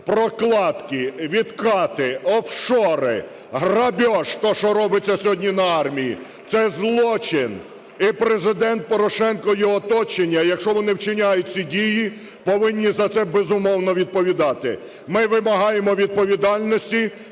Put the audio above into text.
прокладки, відкати, офшори, грабіж – те, що робиться сьогодні на армії. Це злочин. І Президент Порошенко, і його оточення, якщо вони вчиняють ці дії, повинні за це, безумовно, відповідати. Ми вимагаємо відповідальності,